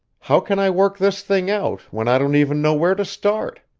how can i work this thing out when i don't even know where to start?